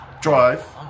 drive